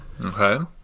Okay